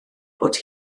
bod